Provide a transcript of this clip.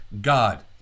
God